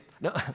No